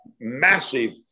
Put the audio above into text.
massive